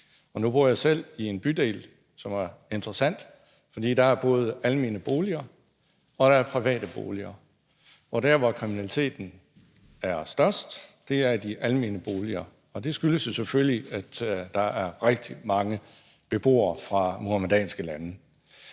Nu bor jeg selv i en bydel, som er interessant, fordi der både er almene boliger og private boliger, og der, hvor kriminaliteten er størst, er i de almene boliger, og det skyldes jo selvfølgelig, at der er rigtig mange beboere fra muhammedanske lande.